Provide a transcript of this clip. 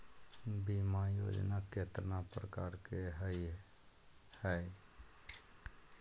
बीमा योजना केतना प्रकार के हई हई?